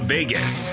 Vegas